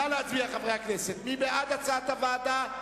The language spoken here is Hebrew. נא להצביע, חברי הכנסת, מי בעד הצעת הוועדה?